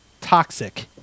toxic